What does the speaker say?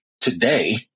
today